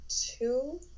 two